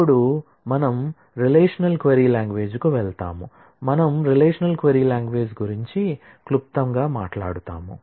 ఇప్పుడు మనం relational query language కు వెళ్తాము మనం రిలేషనల్ క్వరీ లాంగ్వేజ్ గురించి క్లుప్తంగా మాట్లాడుతాము